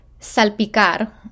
Salpicar